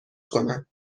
کنم